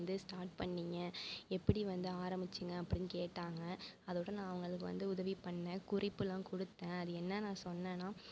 start பண்ணிங்க எப்படி வந்து ஆரம்பிச்சிங்க அப்படினு கேட்டாங்க அதோட நான் அவங்களுக்கு வந்து உதவி பண்ணன் குறிப்புலாம் கொடுத்த அது என்ன நான் சொன்னனா